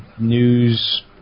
news